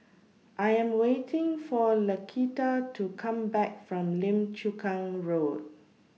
I Am waiting For Laquita to Come Back from Lim Chu Kang Road